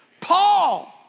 Paul